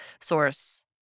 source